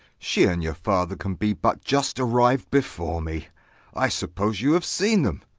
she and your father can be but just arrived before me i suppose you have seen them.